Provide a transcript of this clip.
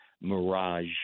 Mirage